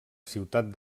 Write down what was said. ciutat